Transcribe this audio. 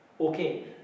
Okay